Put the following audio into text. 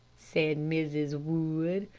said mrs. wood.